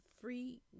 free